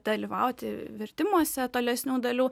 dalyvauti vertimuose tolesnių dalių